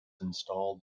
installed